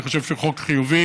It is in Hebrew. אני חושב שהוא חוק חיובי